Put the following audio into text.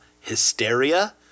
hysteria